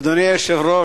אדוני היושב-ראש,